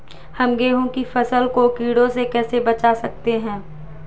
हम गेहूँ की फसल को कीड़ों से कैसे बचा सकते हैं?